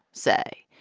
say,